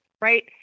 Right